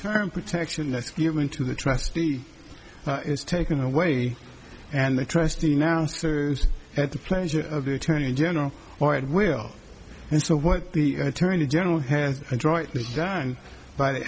term protection that's given to the trustee is taken away and the trustee now at the pleasure of the attorney general or it will and so what the attorney general has adroitly done by the